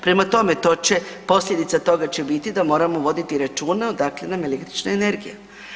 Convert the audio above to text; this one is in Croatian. Prema tome, to će, posljedica toga će biti da moramo voditi računa odakle nam električne energije.